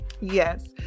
Yes